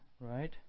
right